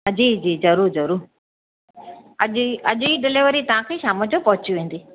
जी जी ज़रूरु ज़रूरु अॼु ई अॼु ई डिलिवरी तव्हांखे शामु जो पहुची वेंदी